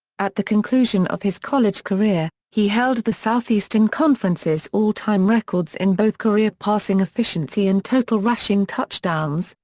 at the conclusion of his college career, he held the southeastern conference's all-time records in both career passing efficiency and total rushing touchdowns,